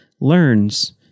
learns